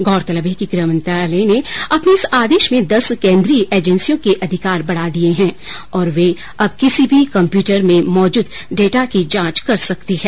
गोरतलब है कि गृह मंत्रालय ने अपने इस आदेश में दस केन्द्रीय एजेंसियों के अधिकार बढ़ा दिये हैं और वे अब किसी भी कम्प्यूटर में मौजूद डेटा की जांच कर सकती है